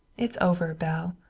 it's over, belle.